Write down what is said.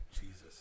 jesus